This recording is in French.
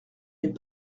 n’est